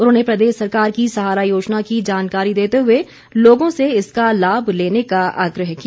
उन्होंने प्रदेश सरकार की सहारा योजना की जानकारी देते हुए लोगों से इसका लाभ लेने का आग्रह किया